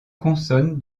consonne